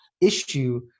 issue